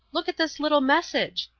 look at this little message,